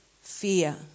Fear